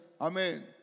Amen